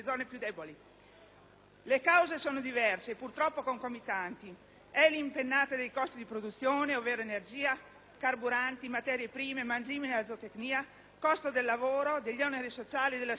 Le cause sono diverse e purtroppo concomitanti. È l'impennata dei costi di produzione (ovvero energia, carburante, materie prime, mangime nella zootecnia, costo del lavoro, degli oneri sociali e delle assicurazioni).